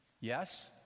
yes